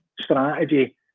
strategy